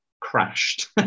crashed